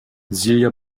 silja